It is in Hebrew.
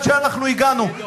עד שאנחנו הגענו.